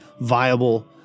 viable